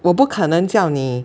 我不可能叫你